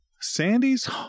Sandy's